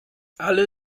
alle